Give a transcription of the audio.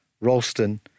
Ralston